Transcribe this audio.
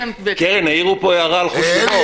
קרן, העירו פה הערה על חוש הומור.